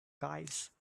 guys